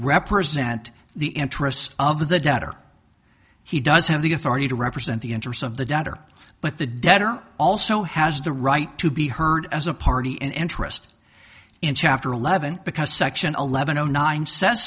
represent the interests of the debtor he does have the authority to represent the interests of the debtor but the debtor also has the right to be heard as a party and interest in chapter eleven because section eleven o nine